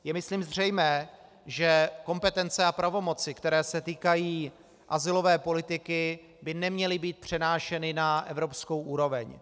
Je myslím zřejmé, že kompetence a pravomoci, které se týkají azylové politiky, by neměly být přenášeny na evropskou úroveň.